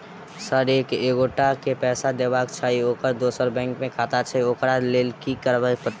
Sir एक एगोटा केँ पैसा देबाक छैय ओकर दोसर बैंक मे खाता छैय ओकरा लैल की करपरतैय?